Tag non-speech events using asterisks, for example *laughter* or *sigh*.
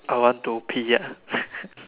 I want to pee ah *laughs*